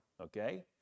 okay